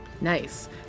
Nice